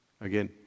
Again